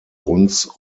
uns